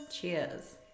Cheers